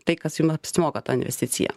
tai kas jum apsimoka ta investicija